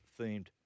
themed